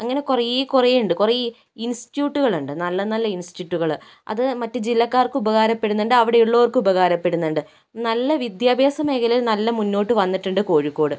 അങ്ങനെ കുറെ കുറെ ഉണ്ട് കുറെ ഇൻസ്റ്റ്യൂട്ടുകളുണ്ട് നല്ല നല്ല ഇൻസ്റ്റ്യൂട്ടുകള് അത് മറ്റ് ജില്ലക്കാർക്ക് ഉപകാരപ്പെടുന്നുണ്ട് അവിടെയുള്ളവർക്ക് ഉപകാരപ്പെടുന്നുണ്ട് നല്ല വിദ്യാഭ്യാസ മേഖലയിൽ നല്ല മുന്നോട്ട് വന്നിട്ടുണ്ട് കോഴിക്കോട്